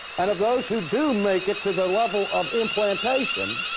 and of those who do make it to the level of implantation,